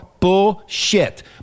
Bullshit